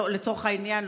לצורך העניין,